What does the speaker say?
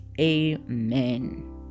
amen